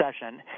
session